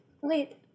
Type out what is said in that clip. wait